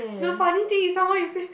the funny thing is some more you say